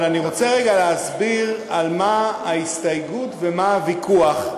אבל אני רוצה רגע להסביר על מה ההסתייגות ומה הוויכוח.